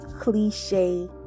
cliche